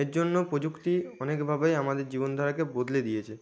এর জন্য প্রযুক্তি অনেকভাবেই আমাদের জীবনধারাকে বদলে দিয়েছে